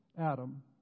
Adam